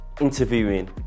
interviewing